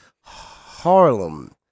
Harlem